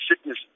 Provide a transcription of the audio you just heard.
sickness